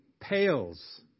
pales